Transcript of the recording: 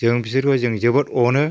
जों बिसोरखौ जों जोबोर अनो